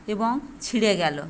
এবং ছিঁড়ে গেল